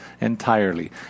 entirely